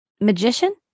Magician